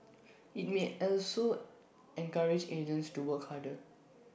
IT may also encourage agents to work harder